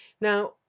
Now